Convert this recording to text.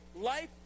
life